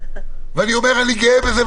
ואני גאה בזה.